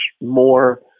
more